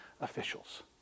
officials